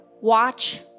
watch